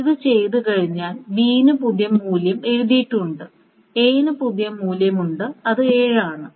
ഇത് ചെയ്തുകഴിഞ്ഞാൽ B ന് പുതിയ മൂല്യം എഴുതിയിട്ടുണ്ട് A ന് പുതിയ മൂല്യം ഉണ്ട് അത് 7 ആണ്